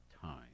time